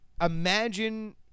Imagine